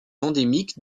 endémique